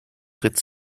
tritt